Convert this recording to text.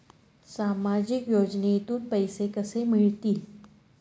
सामाजिक योजनेतून पैसे कसे मिळतील?